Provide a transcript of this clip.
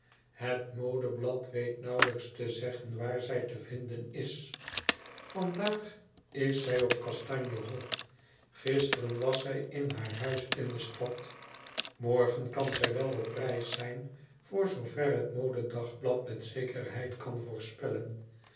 het modedagblad weet nauwelijks te zeggen waar zij te vinden is vandaag is zij op kastanje hof gisteren was zij in haar huis in de stad morgen kan zij wel op reis zijn voor zoover het modedagblad met zekerheid kan voorspellen